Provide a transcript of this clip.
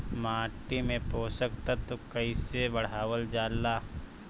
माटी में पोषक तत्व कईसे बढ़ावल जाला ह?